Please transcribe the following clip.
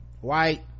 white